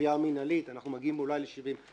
מהגבייה המינהלית, אנחנו מגיעים אולי ל-70%.